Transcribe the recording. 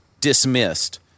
dismissed